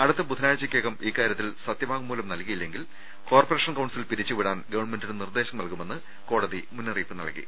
അടുത്ത ബുധനാഴ്ചയ്ക്കകം ഇക്കാര്യത്തിൽ സത്യ വാങ്മൂലം നൽകിയില്ലെങ്കിൽ കോർപറേഷൻ കൌൺസിൽ പിരിച്ചുവിടാൻ ഗവൺമെന്റിന് നിർദ്ദേശം നൽകുമെന്ന് കോടതി മുന്നറിയിപ്പ് നൽകി